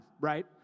right